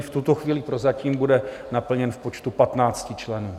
V tuto chvíli prozatím bude naplněn v počtu 15 členů.